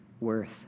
worth